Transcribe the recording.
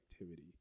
activity